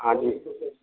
हाँ जी